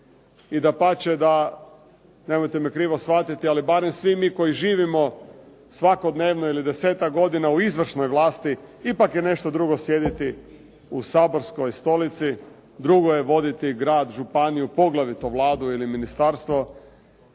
i dapače da nemojte me krivo shvatiti, ali barem svi mi koji živimo svakodnevno ili 10-ak godina u izvršnoj vlasti, ipak je nešto drugo sjediti u saborskoj stolici, drugo je voditi grad, županiju, poglavito Vladu ili ministarstvo.